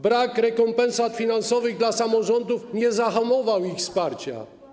Brak rekompensat finansowych dla samorządów nie zahamował ich wsparcia.